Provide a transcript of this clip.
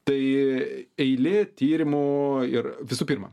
tai eilė tyrimų ir visų pirma